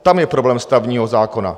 Tam je problém stavebního zákona.